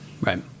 Right